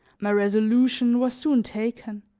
my resolution was soon taken,